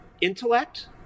intellect